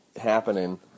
happening